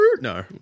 no